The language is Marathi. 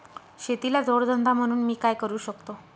शेतीला जोड धंदा म्हणून मी काय करु शकतो?